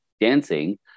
dancing